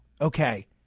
okay